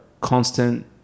constant